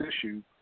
issue